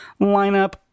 lineup